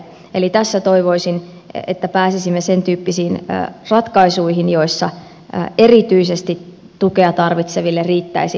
eli tässä toivoisin että pääsisimme sentyyppisiin ratkaisuihin joissa tukea erityisesti sitä tarvitseville riittäisi riittävästi